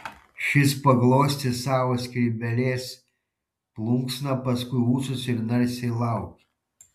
šis paglostė savo skrybėlės plunksną paskui ūsus ir narsiai laukė